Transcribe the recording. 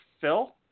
Phil